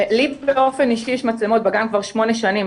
לי, באופן אישי, יש מצלמות בגן כבר שמונה שנים.